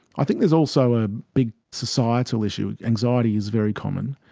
i think there's also a big societal issue. anxiety is very common,